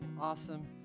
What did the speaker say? awesome